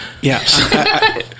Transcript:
Yes